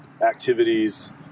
activities